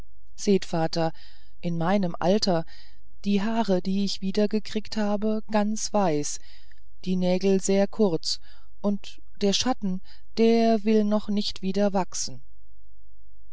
vater in meinem alter die haare die ich wieder gekriegt habe ganz weiß die nägel sehr kurz und der schatten der will noch nicht wieder wachsen